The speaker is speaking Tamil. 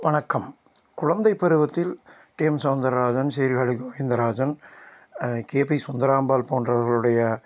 வணக்கம் குழந்தை பருவத்தில் டிஎம் சௌந்தர்ராஜன் சீர்காழி கோவிந்தராஜன் கேபி சுந்தராம்பாள் போன்றவர்களுடைய